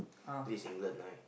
this is England right